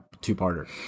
two-parter